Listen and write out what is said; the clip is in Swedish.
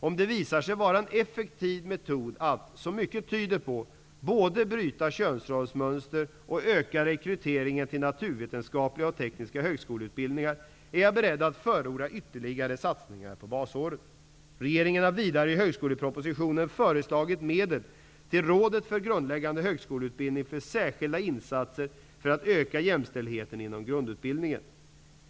Om detta visar sig vara en effektiv metod att, som mycket tyder på, både bryta könsrollsmönster och öka rekryteringen till naturvetenskapliga och tekniska högskoleutbildningar, är jag beredd att förorda ytterligare satsningar på basåret. Regeringen har vidare i högskolepropositionen föreslagit medel till Rådet för grundläggande högskoleutbildning för särskilda insatser för att öka jämställdheten inom grundutbildningen.